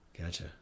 Gotcha